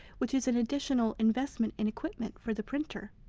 which is an additional investment in equipment for the printer.